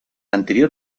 anterior